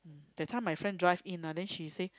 that time my friend drive in ah then she say